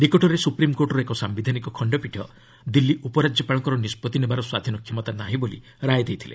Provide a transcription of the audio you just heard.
ନିକଟରେ ସୁପ୍ରିମକୋର୍ଟର ଏକ ସାୟିଧାନିକ ଖଣ୍ଡପୀଠ ଦିଲ୍ଲୀ ଉପରାଜ୍ୟପାଳଙ୍କର ନିଷ୍ପଭି ନେବାର ସ୍ୱାଧୀନ କ୍ଷମତା ନାହିଁ ବୋଲି ରାୟ ଦେଇଥିଲେ